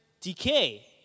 decay